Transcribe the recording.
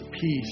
peace